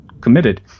committed